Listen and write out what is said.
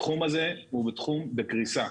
התחום הזה הוא תחום בקריסה.